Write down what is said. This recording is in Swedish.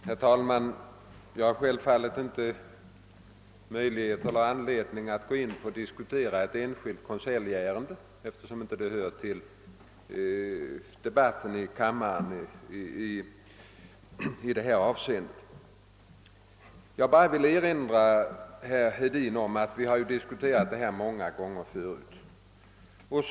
Herr talman! Jag har självfallet inte anledning att diskutera ett enskilt konseljärende eftersom det inte hör till debatten i kammaren. Jag vill bara erinra herr Hedin om att vi diskuterat denna fråga många gånger tidigare.